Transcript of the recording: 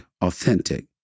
authentic